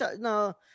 no